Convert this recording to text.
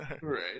Right